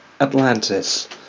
Atlantis